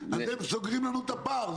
אתם סוגרים לנו את הפער.